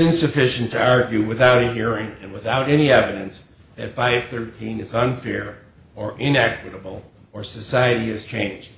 insufficient to argue without hearing and without any evidence that by thirteen is unfair or inequitable or society has changed